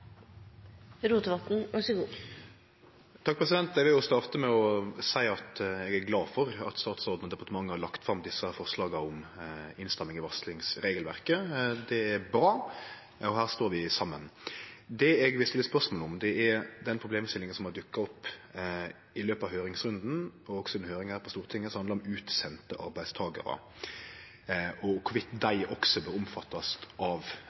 glad for at statsråden og departementet har lagt fram desse forslaga om innstramming i varslingsregelverket. Det er bra, og her står vi saman. Det eg vil stille spørsmål om, er den problemstillinga som har dukka opp i løpet av høyringsrunden, og også under høyringa her på Stortinget, som handlar om utsende arbeidstakarar og om dei også bør omfattast av